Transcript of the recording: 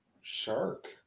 shark